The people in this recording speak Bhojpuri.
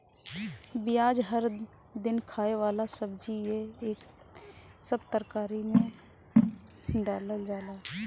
पियाज हर दिन खाए वाला सब्जी हअ, इ सब तरकारी में डालल जाला